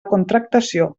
contractació